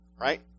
right